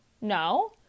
No